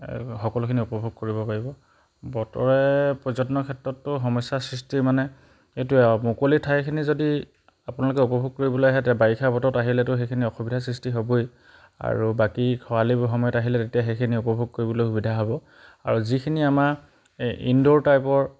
সকলোখিনি উপভোগ কৰিব পাৰিব বতৰে পৰ্যটনৰ ক্ষেত্ৰতটো সমস্যাৰ সৃষ্টি মানে এইটোৱে আৰু মুকলি ঠাইখিনি যদি আপোনালোকে উপভোগ কৰিবলৈ আহে তে বাৰিষা বতৰত আহিলেতো সেইখিনি অসুবিধাৰ সৃষ্টি হ'বই আৰু বাকী খৰালি সময়ত আহিলে তেতিয়া সেইখিনি উপভোগ কৰিবলৈ সুবিধা হ'ব আৰু যিখিনি আমাৰ এই ইনড'ৰ টাইপৰ